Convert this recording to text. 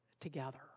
together